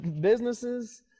businesses